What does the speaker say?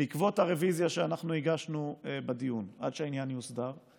בעקבות הרוויזיה שהגשנו בדיון עד שהעניין יוסדר,